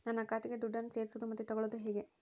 ನನ್ನ ಖಾತೆಗೆ ದುಡ್ಡನ್ನು ಸೇರಿಸೋದು ಮತ್ತೆ ತಗೊಳ್ಳೋದು ಹೇಗೆ?